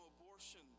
abortion